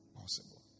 possible